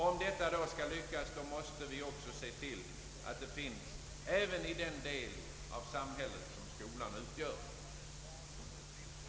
Om detta skall lyckas måste vi se till att förutsättningar härför finns också i den del av samhället som skolan utgör.